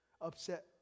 upset